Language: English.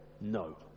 no